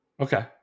Okay